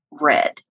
red